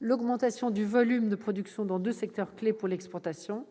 l'augmentation du volume de production dans deux secteurs clés pour l'exportation,